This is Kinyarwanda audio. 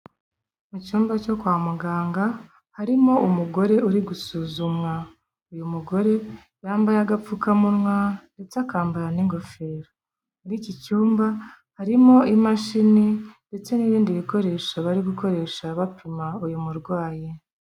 Mu cyumba cyo kwa muganga, harimo umugore uri gusuzumwa. Uyu mugore yambaye agapfukamunwa, ndetse akambara n'ingofero. Muri iki cyumba, harimo imashini, ndetse n'ibindi bikoresho bari gukoresha bapima, uyu murwayi.